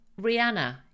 Rihanna